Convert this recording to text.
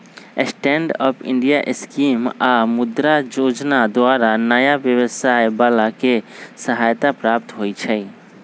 stand up India scheme आऽ मुद्रा जोजना द्वारा नयाँ व्यवसाय बला के सहायता प्राप्त होइ छइ